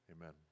Amen